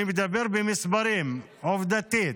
ואני מדבר במספרים, עובדתית,